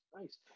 nice